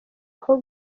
aho